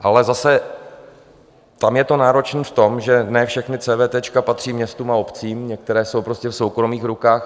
Ale zase tam je to náročné v tom, že ne všechna cévétéčka patří městům a obcím, některá jsou prostě v soukromých rukách.